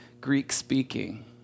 Greek-speaking